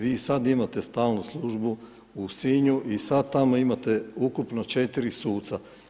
Vi i sad imate stalnu službu u Sinju i sad tamo imate ukupno 4 suca.